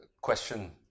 question